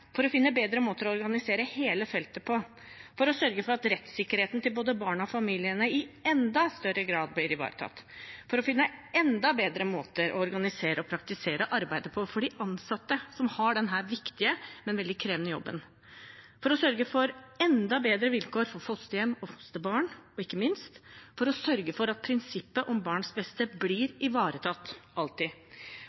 feltet på, for å sørge for at rettssikkerheten til både barna og familiene i enda større grad blir ivaretatt, for å finne enda bedre måter å organisere og praktisere arbeidet på for de ansatte som har denne viktige, men veldig krevende jobben, og for å sørge for enda bedre vilkår for fosterhjem og fosterbarn – ikke minst for å sørge for at prinsippet om barns beste blir